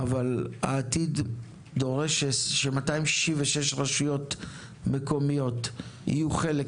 אבל העתיד דורש ש-266 רשויות מקומיות יהיו חלק